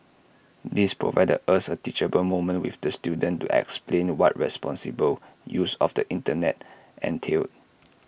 this provided us A teachable moment with the student to explain what responsible use of the Internet entailed